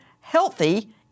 healthy